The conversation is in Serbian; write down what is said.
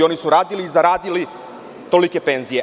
Oni su radili i zaradili tolike penzije.